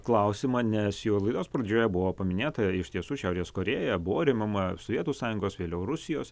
klausimą nes jo laidos pradžioje buvo paminėta iš tiesų šiaurės korėja buvo remiama sovietų sąjungos vėliau rusijos